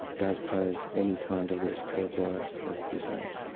does pose any kind of risk to a boy of of this age.